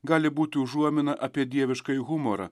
gali būti užuomina apie dieviškąjį humorą